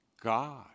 God